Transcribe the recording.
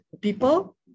people